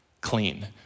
clean